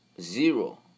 Zero